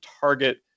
target